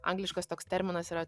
angliškas toks terminas yra